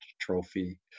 trophy